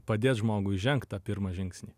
padėt žmogui žengt pirmą žingsnį